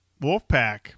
Wolfpack